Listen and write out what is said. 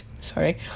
Sorry